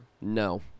No